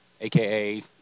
aka